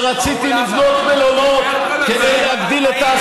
כשרציתי לבנות מלונות כדי להגדיל את,